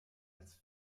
als